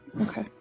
Okay